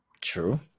True